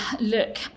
look